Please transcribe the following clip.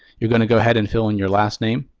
you're going go ahead and fill in your last name,